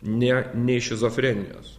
nė nei šizofrenijos